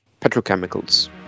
petrochemicals